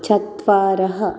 चत्वारः